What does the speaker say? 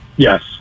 Yes